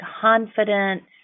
confidence